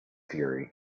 fury